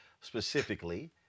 specifically